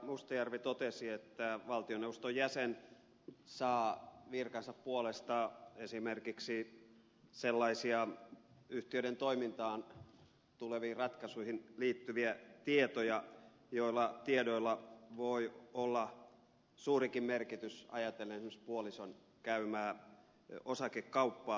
mustajärvi totesi että valtioneuvoston jäsen saa virkansa puolesta esimerkiksi sellaisia yhtiöiden toimintaan tuleviin ratkaisuihin liittyviä tietoja joilla tiedoilla voi olla suurikin merkitys ajatellen esimerkiksi puolison käymää osakekauppaa